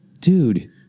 dude